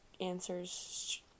answers